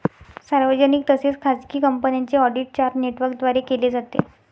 सार्वजनिक तसेच खाजगी कंपन्यांचे ऑडिट चार नेटवर्कद्वारे केले जाते